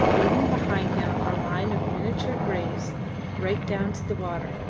leaving behind him a line of miniature graves right down to the water.